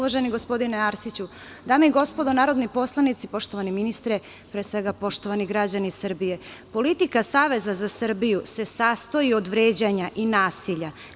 Dame i gospodo narodni poslanici, poštovani ministre, pre svega, poštovani građani Srbije, politika Saveza za Srbiju se sastoji od vređanja i nasilja.